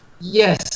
Yes